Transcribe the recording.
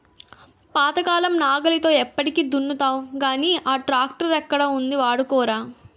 పాతకాలం నాగలితో ఎప్పటికి దున్నుతావ్ గానీ నా ట్రాక్టరక్కడ ఉంది వాడుకోరా